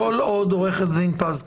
עורכת הדין פז,